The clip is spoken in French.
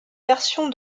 version